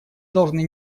должны